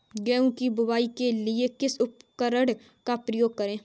गेहूँ की बुवाई के लिए किस उपकरण का उपयोग करें?